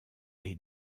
est